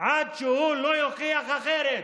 עד שהוא יוכיח אחרת.